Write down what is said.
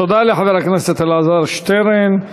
תודה לחבר הכנסת אלעזר שטרן.